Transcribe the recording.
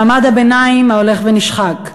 מעמד הביניים ההולך ונשחק,